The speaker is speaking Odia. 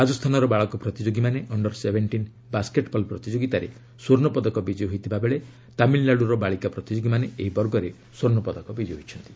ରାଜସ୍ଥାନର ବାଳକ ପ୍ରତିଯୋଗୀମାନେ ଅଶ୍ର ସେଭେନ୍ ପ୍ରତିଯୋଗୀତାରେ ସ୍ୱର୍ଷ୍ଣ ପଦକ ବିଜୟୀ ହୋଇଥିବା ବେଳେ ତାମିଲନାଡୁର ବାଳିକା ପ୍ରତିଯୋଗୀମାନେ ଏହି ବର୍ଗରେ ସ୍ୱର୍ଷପଦକ ବିଜୟୀ ହୋଇଛନ୍ତି